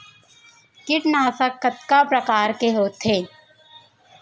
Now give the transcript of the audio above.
कीटनाशक कतका प्रकार के होथे?